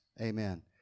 amen